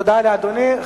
תודה לאדוני.